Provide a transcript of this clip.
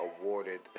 awarded